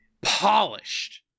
polished